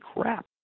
crap